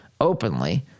openly